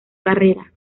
carrera